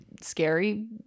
scary